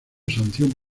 sanción